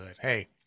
Hey